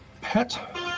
Pet